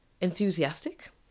enthusiastic